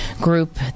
group